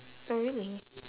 oh really